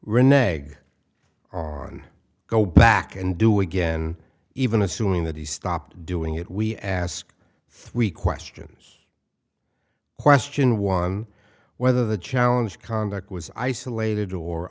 reneged on go back and do again even assuming that he stopped doing it we ask three questions question one whether the challenge conduct was isolated or